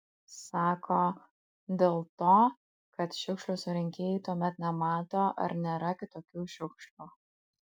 sako dėl to kad šiukšlių surinkėjai tuomet nemato ar nėra kitokių šiukšlių